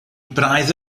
braidd